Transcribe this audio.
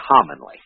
commonly